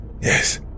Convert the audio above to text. Yes